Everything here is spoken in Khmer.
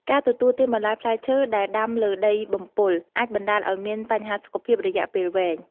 ការទទួលទានបន្លែផ្លែឈើដែលដាំលើដីបំពុល អាចបណ្តាលឲ្យមានបញ្ហាសុខភាពរយៈពេលវែង។